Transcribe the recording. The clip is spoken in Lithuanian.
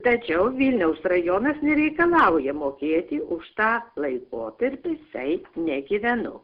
tačiau vilniaus rajonas nereikalauja mokėti už tą laikotarpį kai negyvenu